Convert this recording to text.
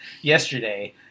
yesterday